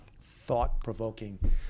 thought-provoking